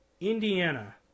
Indiana